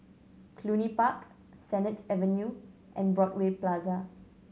Cluny Park Sennett Avenue and Broadway Plaza